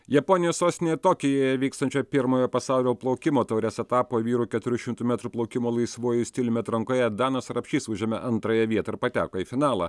japonijos sostinėje tokijuje vykstančio pirmojo pasaulio plaukimo taurės etapo vyrų keturių šimtų metrų plaukimo laisvuoju stiliumi atrankoje danas rapšys užėmė antrąją vietą ir pateko į finalą